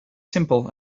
simple